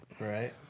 Right